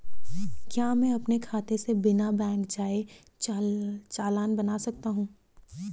क्या मैं अपने खाते से बिना बैंक जाए चालान बना सकता हूँ?